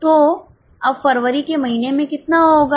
तो अब फ़रवरी के महीने में कितना होगा